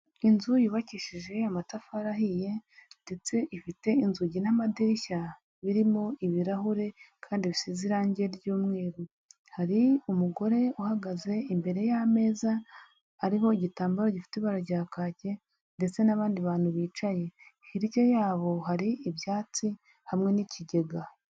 Inzu yubakishije amatafari ahiye ndetse ifite inzugi n'amadirishya birimo ibirahure kandi bisize irangi ry'umweru, hari umugore uhagaze imbere y'ameza ariho igitambaro gifite ibara rya kage ndetse n'abandi bantu bicaye, hirya yabo hari ibyatsi hamwe n'ikigega.